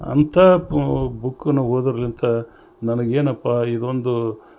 ಅಂಥಾ ಬುಕ್ಕನ್ನು ಓದಿರ್ಲಿಂತ ನನಗೆ ಏನಪ್ಪಾ ಇಂದೊಂದು